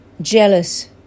jealous